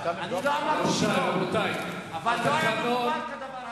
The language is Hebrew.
אני לא אמרתי שלא, אבל לא היה מקובל כדבר הזה.